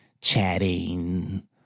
chatting